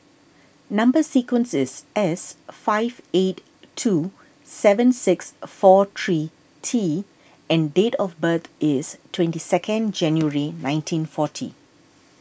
Number Sequence is S five eight two seven six four three T and date of birth is twenty second January nineteen forty